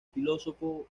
filósofo